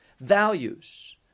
values